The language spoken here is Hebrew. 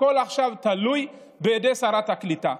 הכול עכשיו תלוי בידי שרת הקליטה.